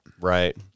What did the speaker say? right